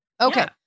Okay